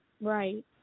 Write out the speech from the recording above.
right